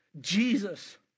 Jesus